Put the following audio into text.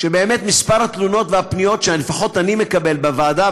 שבאמת מספר התלונות והפניות שלפחות אני מקבל בוועדה,